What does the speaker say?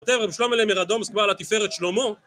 זה רב שלוימלה מראדומסק, בעל התפארת שלמה.